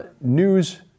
news